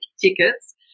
tickets